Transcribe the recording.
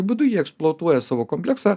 būdu jie eksploatuoja savo kompleksą